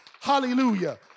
Hallelujah